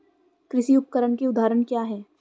कृषि उपकरण के उदाहरण क्या हैं?